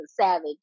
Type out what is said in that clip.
savage